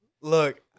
Look